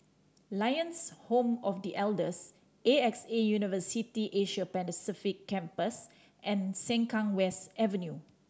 Lions Home of The Elders A X A University the Asia Pacific Campus and Sengkang West Avenue